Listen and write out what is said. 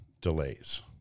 delays